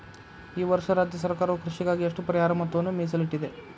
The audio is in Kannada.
ಈ ವರ್ಷ ರಾಜ್ಯ ಸರ್ಕಾರವು ಕೃಷಿಗಾಗಿ ಎಷ್ಟು ಪರಿಹಾರ ಮೊತ್ತವನ್ನು ಮೇಸಲಿಟ್ಟಿದೆ?